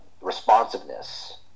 responsiveness